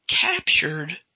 captured